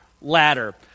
ladder